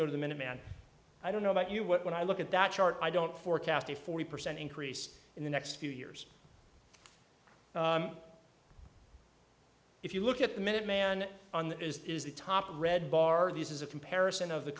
go to the minuteman i don't know about you what when i look at that chart i don't forecast a forty percent increase in the next few years if you look at the minute man on that is the top red bar this is a comparison of the